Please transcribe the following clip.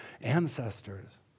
ancestors